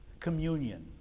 communion